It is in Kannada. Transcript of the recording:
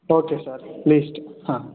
ಓಕೆ ಸರ್ ಲೀಸ್ಟ್ ಹಾಂ